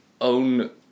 own